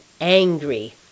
angry